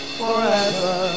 forever